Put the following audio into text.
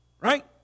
Right